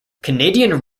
canadian